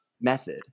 method